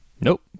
Nope